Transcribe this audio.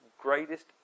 greatest